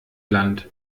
land